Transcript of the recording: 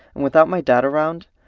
and without my dad around,